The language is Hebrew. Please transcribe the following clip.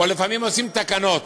או שלפעמים עושים תקנות,